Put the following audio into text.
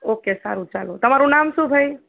okay સારું ચાલો તમારું નામ શું ભાઈ